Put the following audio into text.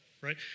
right